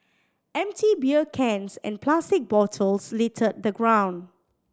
empty beer cans and plastic bottles littered the ground